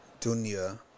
Dunya